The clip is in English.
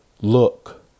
Look